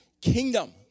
kingdom